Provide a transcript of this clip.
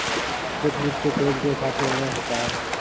check book को page के हिसाब से लेना होता है